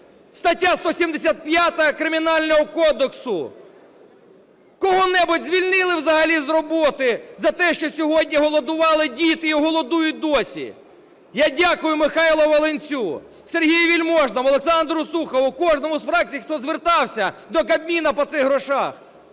Стаття 175 Кримінального кодексу. Кого-небудь звільнили взагалі з роботи за те, що сьогодні голодували діти і голодують досі? Я дякую Михайлу Волинцю, Сергію Вельможному, Олександру Сухову, кожному з фракцій, хто звертався до Кабміну по цих грошах.